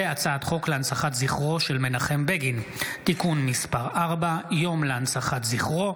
הצעת חוק להנצחת זכרו של מנחם בגין (תיקון מס' 4) (יום להנצחת זכרו),